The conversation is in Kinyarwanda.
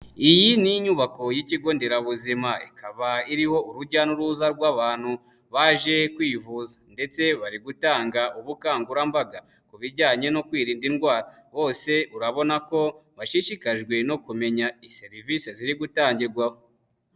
Iyi ni inyubako y'ikigo nderabuzima ikaba iriho urujya n'uruza rw'abantu baje kwivuza ndetse bari gutanga ubukangurambaga ku bijyanye no kwirinda indwara, bose urabona ko bashishikajwe no kumenya serivisi ziri gutangirwa aho.